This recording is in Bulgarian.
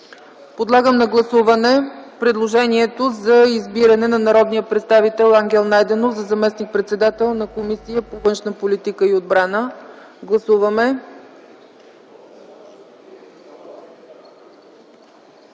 Подлагам на гласуване предложението за избиране на народния представител Ангел Найденов за заместник-председател на Комисията по външна политика и отбрана. Гласували